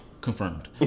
Confirmed